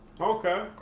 okay